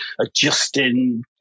adjusting